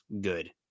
good